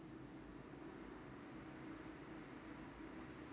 Z>